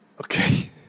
Okay